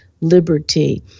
liberty